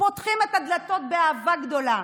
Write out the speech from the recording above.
פותחים את הדלתות באהבה גדולה.